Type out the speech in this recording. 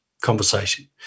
conversation